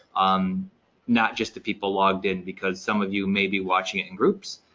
um not just the people logged in because some of you may be watching it in groups,